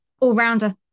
All-rounder